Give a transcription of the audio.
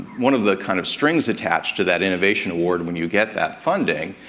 one of the kind of strings attached to that innovation award when you get that funding,